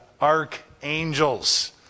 archangels